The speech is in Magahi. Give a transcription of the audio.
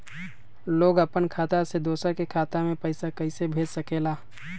लोग अपन खाता से दोसर के खाता में पैसा कइसे भेज सकेला?